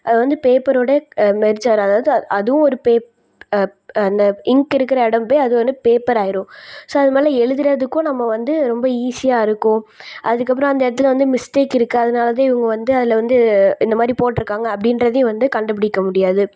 அது வந்து பேப்பர்ரோடு மெர்ஜ் ஆகிற அதாவது அதுவும் ஒரு பேப் அந்த இங்க் இருக்கிற இடம் போய் அது வந்து பேப்பர் ஆகிரும் ஸோ அதுமேலே எழுதறதுக்கும் நம்ம வந்து ரொம்ப ஈஸியாயிருக்கும் அதுக்கப்புறம் அந்த இடத்துல வந்து மிஸ்டேக் இருக்குது அதனாலதான் இவங்க வந்து அதில் வந்து இந்தமாதிரி போட்டிருக்காங்க அப்படின்றதையும் வந்து கண்டுபிடிக்க முடியாது